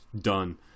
Done